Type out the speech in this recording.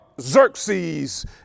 Xerxes